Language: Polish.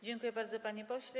Dziękuję bardzo, panie pośle.